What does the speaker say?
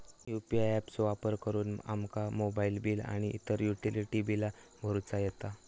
UPI app चो वापर करुन आमका मोबाईल बिल आणि इतर युटिलिटी बिला भरुचा येता